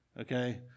okay